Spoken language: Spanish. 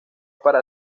para